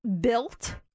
built